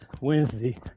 Wednesday